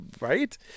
right